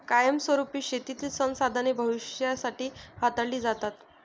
कायमस्वरुपी शेतीतील संसाधने भविष्यासाठी हाताळली जातात